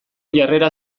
jarrera